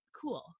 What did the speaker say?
cool